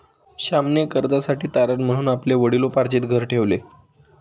श्यामने कर्जासाठी तारण म्हणून आपले वडिलोपार्जित घर ठेवले